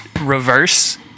reverse